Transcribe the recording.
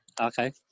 Okay